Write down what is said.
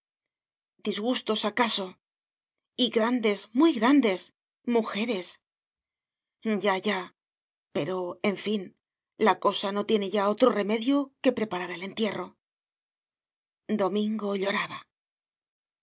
disgustos acaso y grandes muy grandes mujeres ya ya pero en fin la cosa no tiene ya otro remedio que preparar el entierro domingo lloraba